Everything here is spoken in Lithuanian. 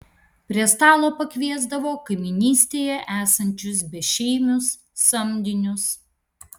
prie stalo pakviesdavo kaimynystėje esančius bešeimius samdinius